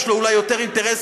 יש לו אולי יותר אינטרסים.